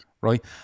right